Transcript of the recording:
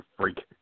freak